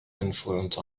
influence